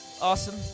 Awesome